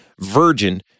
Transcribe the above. virgin